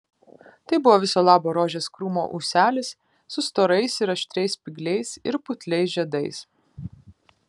tai buvo viso labo rožės krūmo ūselis su storais ir aštrias spygliais ir putliais žiedais